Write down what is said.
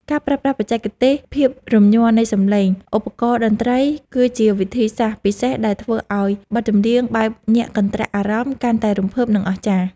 ការប្រើប្រាស់បច្ចេកទេសភាពរំញ័រនៃសំឡេងឧបករណ៍តន្ត្រីគឺជាវិធីសាស្ត្រពិសេសដែលធ្វើឱ្យបទចម្រៀងបែបញាក់កន្ត្រាក់អារម្មណ៍កាន់តែរំភើប និង អស្ចារ្យ។